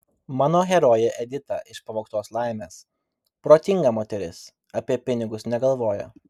mano herojė edita iš pavogtos laimės protinga moteris apie pinigus negalvoja